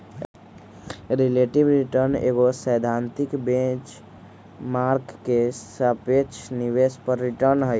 relative return एगो सैद्धांतिक benchmark के सापेक्ष निवेश पर रिटर्न हइ